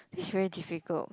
it's very difficult